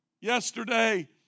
Yesterday